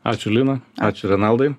ačiū lina ačiū renaldai